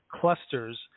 Clusters